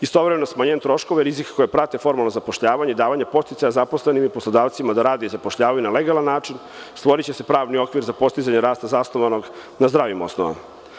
Istovremeno, smanjenjem troškova, rizik koje prate formalno zapošljavanje i davanje podsticaja zaposlenim i poslodavcima da rade i zapošljavaju na legalan način stvoriće se pravni okvir za postizanje rasta zasnovanog na zdravim osnovama.